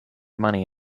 money